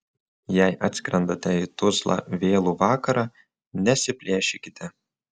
jei atskrendate į tuzlą vėlų vakarą nesiplėšykite